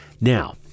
Now